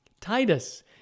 Titus